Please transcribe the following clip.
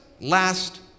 last